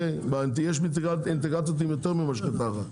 יש אינטגרציות עם יותר ממשחטה אחת.